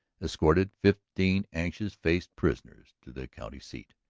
escorted fifteen anxious-faced prisoners to the county-seat,